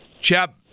chap